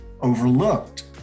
overlooked